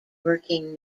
working